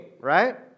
right